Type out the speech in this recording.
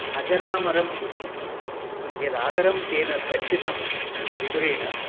अजरामरम् इति यदादारं तेन दर्शितं विदुरेण